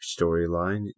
storyline